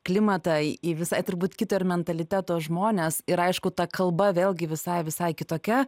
klimatą į visai turbūt kito ir mentaliteto žmones ir aišku ta kalba vėlgi visai visai kitokia